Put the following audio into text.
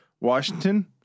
Washington